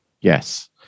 Yes